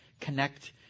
connect